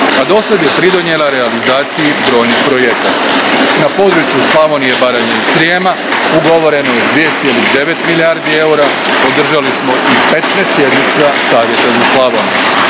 a dosad je pridonijela realizaciji brojnih projekata. Na području Slavonije, Baranje i Srijema ugovoreno je 2,9 milijardi eura, održali smo i 15 sjednica Savjeta za Slavoniju.